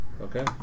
Okay